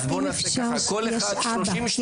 אז בואו נעשה ככה: כל אחד 30 שניות.